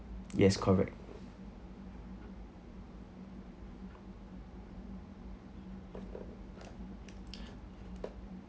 yes correct